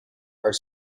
are